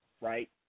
right